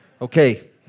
Okay